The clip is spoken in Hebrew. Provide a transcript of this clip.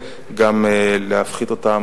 וכולם במסגרת המועצה האזורית משגב.